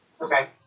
Okay